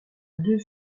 deux